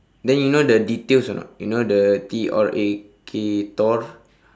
then you know the details or not you know the T R A K tor